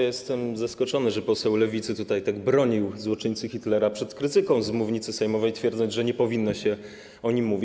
Jestem zaskoczony, że poseł Lewicy tak bronił złoczyńcy Hitlera przed krytyką z mównicy sejmowej, twierdząc, że nie powinno się o nim mówić.